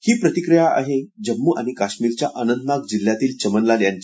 ही प्रतिक्रिया आहे जम्मू आणि काश्मीरच्या अनंतनाग जिल्ह्यातल्या चमनलाल यांची